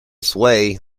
sway